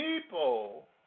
People